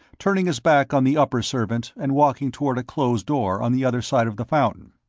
turning his back on the upper-servant and walking toward a closed door on the other side of the fountain.